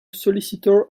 solicitor